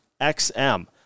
XM